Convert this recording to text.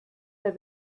der